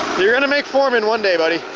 you're gonna make foreman one day buddy.